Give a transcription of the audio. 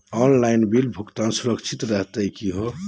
Online bill भुगतान सुरक्षित हई का हो?